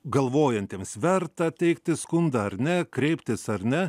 galvojantiems verta teikti skundą ar ne kreiptis ar ne